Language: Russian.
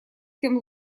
тем